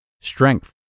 Strength